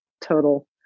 total